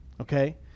okay